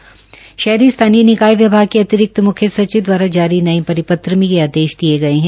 के लिए शहरी स्थानीय निकाय विभाग के अतिरिक्त मुख्य सचिव दवारा जारी नए परिपत्र में यह आदेश दिए गये हैं